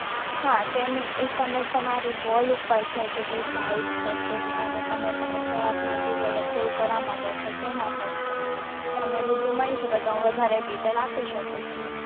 હા તેની તમે તમારી રીતે વોલ ઉપર છે કે કેટલી સાઈઝ છે તે અને તમે તમે કયા મટીરીયલ કેવું કરાવવા માગો છો તેના પર છે તમે રૂબરૂ મળી શકો તો હું વધારે ડીટેલ આપી શકું છું